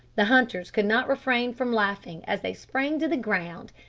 the hunters could not refrain from laughing as they sprang to the ground,